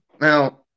Now